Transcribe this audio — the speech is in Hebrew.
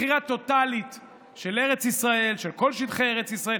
מכירה טוטלית של ארץ ישראל, של כל שטחי ארץ ישראל.